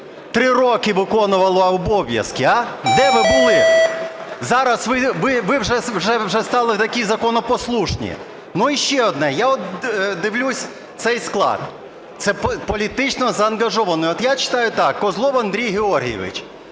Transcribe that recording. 3 роки виконувала обов'язки7 Де ви були? Зараз ви вже стали такі законопослушні! І ще одне. Я от дивлюсь цей склад – це політично заангажовано. От я читаю так: Козлов Андрій Георгійович.